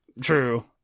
True